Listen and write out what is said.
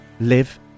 live